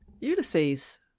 Ulysses